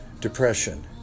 Depression